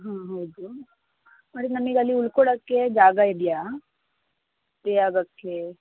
ಹಾಂ ಹೌದು ಅಂದರೆ ನಮಗಲ್ಲಿ ಉಳ್ಕೊಳ್ಳೋಕ್ಕೆ ಜಾಗ ಇದೆಯಾ ಯಾವುದಕ್ಕೆ